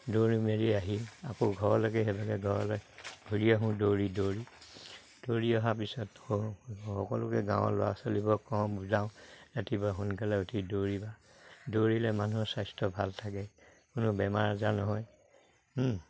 দৌৰি মেলি আহি আকৌ ঘৰলৈকে সেইভাগে ঘৰলে ঘূৰি আহোঁ দৌৰি দৌৰি দৌৰি অহাৰ পিছত সকলোকে গাঁৱৰ ল'ৰা ছোৱালীবোৰক কওঁ বুজাওঁ ৰাতিপুৱা সোনকালে উঠি দৌৰিবা দৌৰিলে মানুহৰ স্বাস্থ্য ভাল থাকে কোনো বেমাৰ আজাৰ নহয়